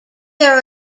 are